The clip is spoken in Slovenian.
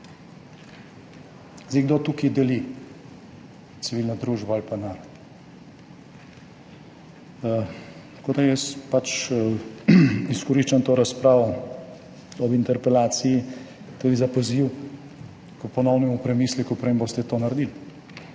zdaj tukaj deli civilno družbo ali pa narod? Tako da jaz izkoriščam to razpravo ob interpelaciji tudi za poziv k ponovnemu premisleku, preden boste to naredili.